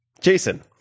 Jason